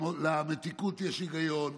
למתיקות יש היגיון.